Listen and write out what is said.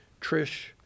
Trish